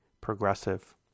progressive